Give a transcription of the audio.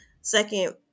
second